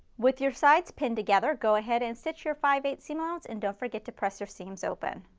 with your sides pinned together, go ahead and stitch your five eighths seam allowance and don't forget to press your seams open.